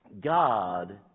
God